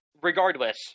regardless